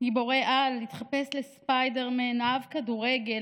גיבורי על, התחפש לספיידרמן, אהב כדורגל.